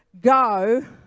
go